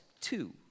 two